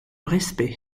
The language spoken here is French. respect